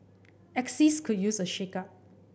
axis could use a shakeup